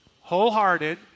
wholehearted